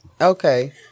Okay